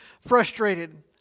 frustrated